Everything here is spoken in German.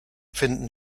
finden